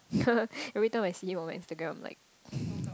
every time I see him on Instagram I'm like